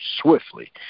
swiftly